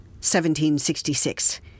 1766